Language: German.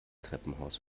treppenhaus